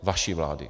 Vaší vlády.